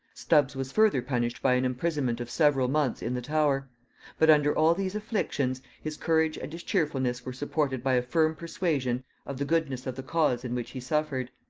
stubbs was further punished by an imprisonment of several months in the tower but under all these inflictions, his courage and his cheerfulness were supported by a firm persuasion of the goodness of the cause in which he suffered.